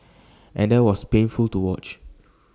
and that was painful to watch